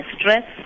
stress